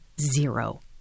zero